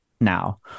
now